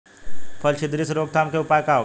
फली छिद्र से रोकथाम के उपाय का होखे?